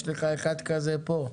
יש לך אחד כזה פה,